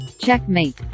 Checkmate